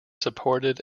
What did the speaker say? supported